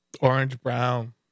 Orange-brown